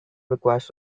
requires